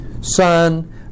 son